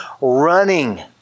running